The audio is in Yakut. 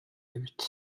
эбит